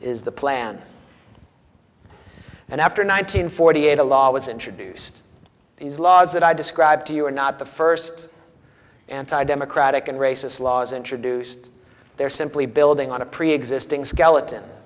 is the plan and after nine hundred forty eight a law was introduced these laws that i described to you are not the first anti democratic and racist laws introduced they are simply building on a preexisting skeleton